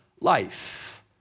life